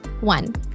One